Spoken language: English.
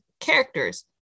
characters